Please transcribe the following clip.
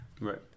Right